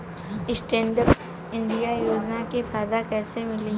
Stand up India योजना के फायदा कैसे मिली?